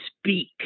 speak